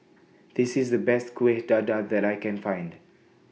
This IS The Best Kueh Dadar that I Can Find